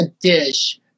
dish